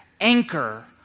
anchor